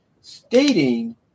stating